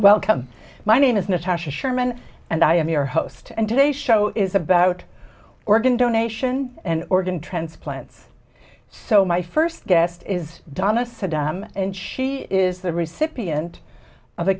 welcome my name is natasha sherman and i am your host and today's show is about organ donation and organ transplants so my first guest is donna saddam and she is the recipient of a